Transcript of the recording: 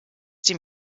dem